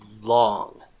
long